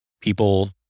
people